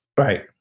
Right